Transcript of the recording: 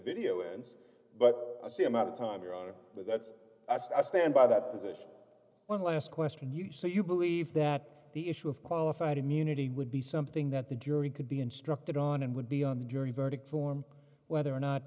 video ends but i see him out of time here on but that's i stand by that position one last question you say you believe that the issue of qualified immunity would be something that the jury could be instructed on and would be on the jury verdict form whether or not